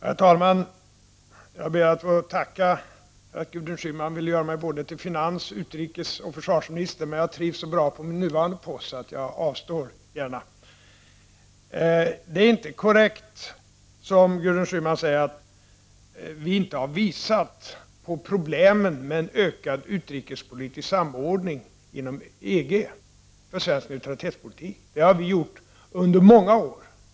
Herr talman! Jag ber att få tacka Gudrun Schyman för att hon vill göra mig till både finans-, utrikesoch försvarsminister, men jag trivs så bra på min nuvarande post att jag gärna avstår från de övriga. Det är inte korrekt, som Gudrun Schyman säger, att vi inte har visat på problemen med en ökad utrikespolitisk samordning inom EG för svensk neutralitetspolitik. Det har vi gjort under många år.